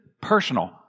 personal